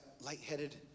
lightheaded